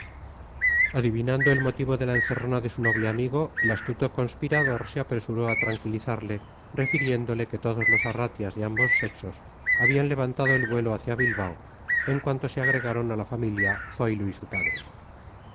adivinando el motivo de la encerrona de su noble amigo el astuto conspirador se apresuró a tranquilizarle refiriéndole que todos los arratias de ambos sexos habían levantado el vuelo hacia bilbao en cuanto se agregaron a la familia zoilo y su padre